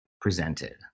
presented